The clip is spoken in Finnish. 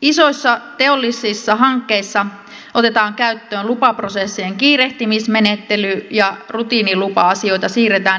isoissa teollisissa hankkeissa otetaan käyttöön lupaprosessien kiirehtimismenettely ja rutiinilupa asioita siirretään ilmoitusmenettelyyn